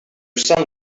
son